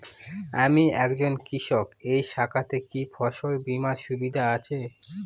আমি একজন কৃষক এই শাখাতে কি ফসল বীমার সুবিধা আছে?